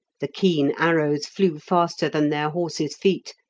the keen arrows flew faster than their horses' feet.